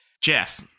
Jeff